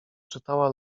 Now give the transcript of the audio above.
czytała